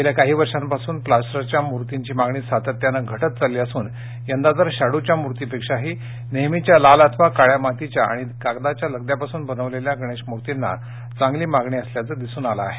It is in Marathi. गेल्या काही वर्षांपासून प्लॅस्टरच्या मूर्तींची मागणी सातत्याने घटत चालली असून यंदा तर शाडूच्या मूर्तीपेक्षाही नेहमीच्या लाल अथवा काळ्या मातीच्या आणि कागदाच्या लगद्यापासून बनवलेल्या गणेश मूर्तीना चांगली मागणी असल्याचं दिसून आलं आहे